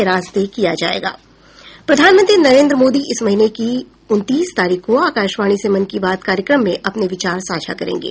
एक report sound bite प्रधानमंत्री नरेन्द्र मोदी इस महीने की उनतीस तारीख को आकाशवाणी से मन की बात कार्यक्रम में अपने विचार साझा करेंगे